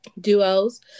duos